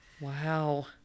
Wow